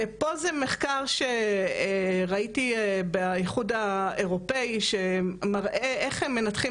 2006-2008). זה מחקר שראיתי באיחוד האירופאי שמראה איך הם מנתחים